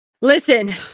Listen